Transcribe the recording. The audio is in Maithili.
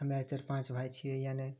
हमे चारि पाँच भाइ छिए यानी